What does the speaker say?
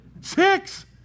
Six